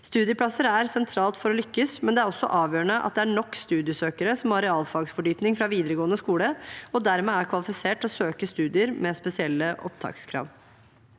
Studieplasser er sentralt for å lykkes, men det er også avgjørende at det er nok studiesøkere som har realfagsfordypning fra videregående skole og dermed er kvalifisert til å søke studier med spesielle opptakskrav.